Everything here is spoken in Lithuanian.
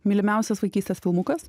mylimiausias vaikystės filmukas